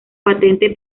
patente